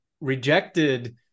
rejected